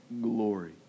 glory